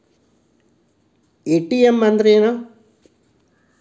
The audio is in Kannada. ಎ.ಟಿ.ಎಂ ಅಂದ್ರ ಏನು?